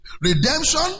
Redemption